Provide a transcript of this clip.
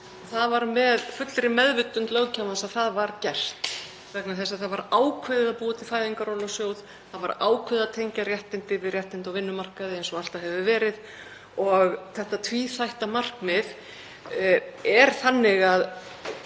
Það var með fullri meðvitund löggjafans að það var gert vegna þess að það var ákveðið að búa til Fæðingarorlofssjóð og það var ákveðið að tengja réttindi við réttindi á vinnumarkaði eins og alltaf hefur verið. Þetta tvíþætta markmið er þannig að